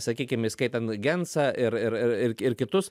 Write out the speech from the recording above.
sakykim įskaitant gensą ir ir ir ir kitus